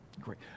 Great